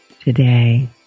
today